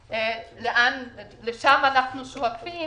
לשם אנחנו שואפים,